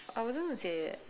I wasn't gonna say that